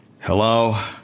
Hello